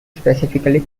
specifically